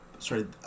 sorry